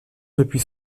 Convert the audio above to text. depuis